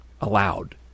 allowed